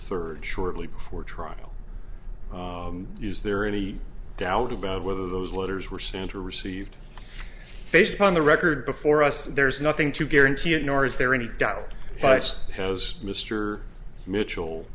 third shortly before trial is there any doubt about whether those letters were sent or received based upon the record before us there's nothing to guarantee it nor is there any doubt but has mr mitchel